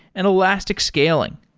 and elastic scaling.